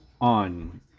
on